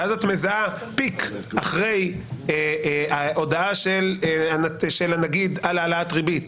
ואז את מזהה פיק אחרי הודעה של הנגיד על העלאת ריבית,